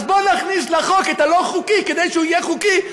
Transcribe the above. אז בואו נכניס לחוק את הלא-חוקי כדי שהוא יהיה חוקי,